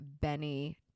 Benny